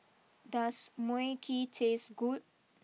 does Mui Kee taste good